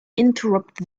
interrupted